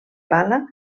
pala